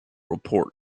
report